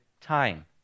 time